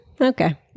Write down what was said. okay